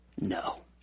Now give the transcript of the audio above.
no